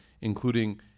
including